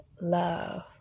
love